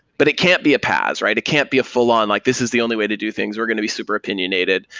but it can't be a paas. it can't be a full-on, like, this is the only way to do things. we're going to be super opinionated.